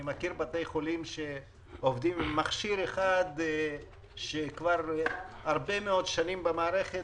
אני מכיר בתי חולים שעובדים עם מכשיר אחד שהוא כבר הרבה שנים במערכת.